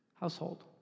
household